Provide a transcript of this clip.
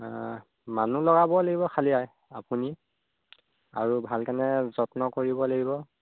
মানুহ লগাব লাগিব খালী আপুনি আৰু ভালকেনে যত্ন কৰিব লাগিব